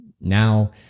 Now